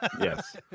Yes